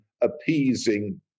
appeasing